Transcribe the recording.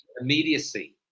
immediacy